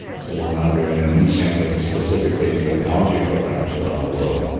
so we're now doing a new sampling specifically for the algae programs around the world,